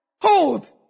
Hold